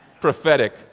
prophetic